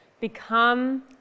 become